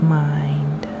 mind